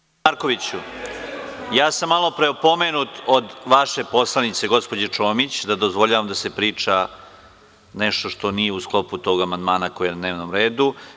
Gospodine Markoviću, ja sam malopre opomenut od vaše poslanice gospođe Čomić, da dozvoljavam da se priča nešto što nije u sklopu tog amandmana koji je na dnevnom redu.